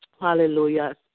Hallelujah